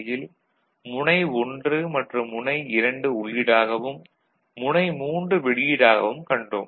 யில் முனை 1 மற்றும் 2 உள்ளீடாகவும் முனை 3 வெளியீடாகவும் கண்டோம்